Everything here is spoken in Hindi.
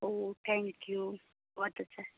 ओह थैंक यू बहुत अच्छा है